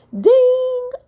Ding